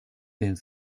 dins